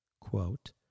Quote